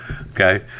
Okay